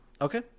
Okay